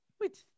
Wait